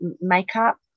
makeup